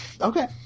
okay